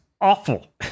awful